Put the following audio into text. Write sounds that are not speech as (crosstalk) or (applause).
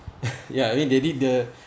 (laughs) ya they did the